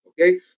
okay